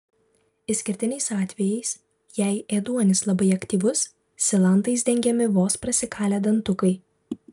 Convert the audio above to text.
išskirtiniais atvejais jei ėduonis labai aktyvus silantais dengiami vos prasikalę dantukai